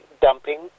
dumping